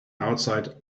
outside